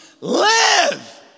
Live